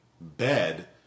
bed